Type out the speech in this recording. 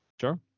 Sure